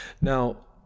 Now